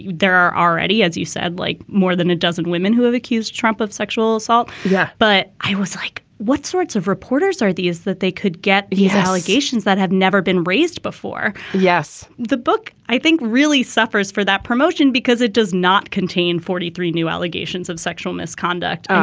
there are already, as you said, like more than a dozen women who have accused trump of sexual sexual assault. yeah but i was like, what sorts of reporters are these that they could get these allegations that have never been raised before? yes. the book, i think, really suffers for that promotion because it does not contain forty three new allegations of sexual misconduct.